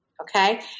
Okay